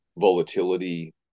volatility